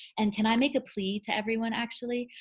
and can i make a plea to everyone actually?